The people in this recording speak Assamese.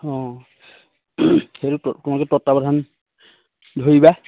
অঁ সেইটো তোমালোকে তত্বাৱধান ধৰিবা